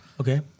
Okay